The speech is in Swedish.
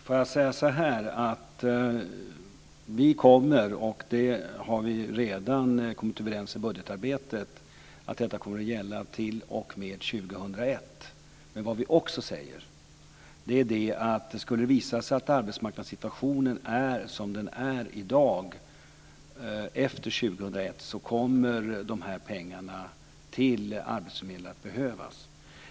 Fru talman! Vi har redan kommit överens om i budgetarbetet att detta kommer att gälla t.o.m. år 2001. Vad vi också säger är att om det skulle visa sig att arbtsmarknadssituationen är som den är i dag efter år 2001 kommer pengarna till arbetsförmedlingarna att behövas.